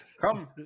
Come